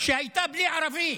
שהייתה בלי ערבי.